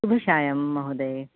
शुभसायं महोदय